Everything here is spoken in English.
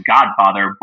Godfather